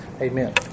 Amen